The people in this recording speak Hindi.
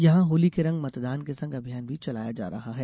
यहां होली के रंग मतदान के संग अभियान भी चलाया जा रहा है